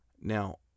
Now